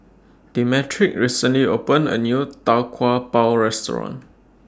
Demetric recently opened A New Tau Kwa Pau Restaurant